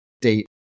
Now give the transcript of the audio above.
date